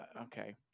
okay